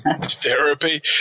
therapy